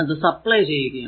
അത് സപ്ലൈ ചെയ്യുകയാണ്